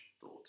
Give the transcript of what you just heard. thought